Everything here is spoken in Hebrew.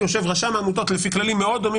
יושב רשם העמותות לפי כללים מאוד דומים